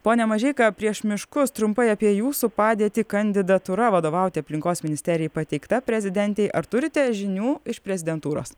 pone mažeika prieš miškus trumpai apie jūsų padėtį kandidatūra vadovauti aplinkos ministerijai pateikta prezidentei ar turite žinių iš prezidentūros